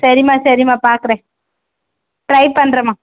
சரிம்மா சரிம்மா பார்க்குறேன் ட்ரை பண்ணுறேம்மா